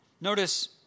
Notice